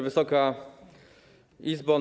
Wysoka Izbo!